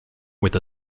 with